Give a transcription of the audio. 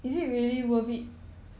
mm